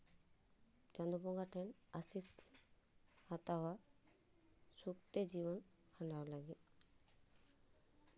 ᱪᱟᱸᱫᱳ ᱵᱚᱸᱜᱟ ᱴᱷᱮᱱ ᱟᱹᱥᱤᱥ ᱠᱤᱱ ᱦᱟᱛᱟᱣᱟ ᱥᱩᱠᱛᱮ ᱡᱤᱭᱚᱱ ᱠᱷᱟᱸᱱᱰᱟᱣ ᱞᱟᱹᱜᱤᱫ